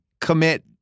commit